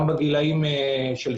גם בגילאי 12